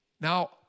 Now